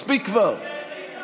חבר הכנסת כהנא, שמענו.